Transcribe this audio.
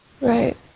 Right